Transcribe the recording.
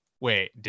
Wait